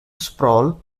sprawl